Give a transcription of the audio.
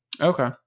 Okay